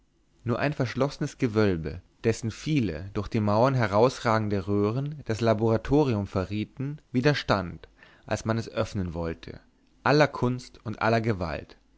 nur ein verschlossenes gewölbe dessen viele durch die mauer herausragende röhren das laboratorium verrieten widerstand als man es öffnen wollte aller kunst und aller gewalt